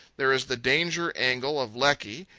there is the danger-angle of lecky,